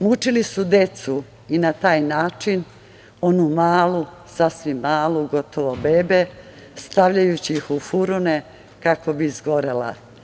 Mučili su decu i na taj način onu malu, sasvim malu, gotovo bebe, stavljajući ih u furune kako bi izgorela.